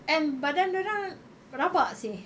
and badan dia orang rabak seh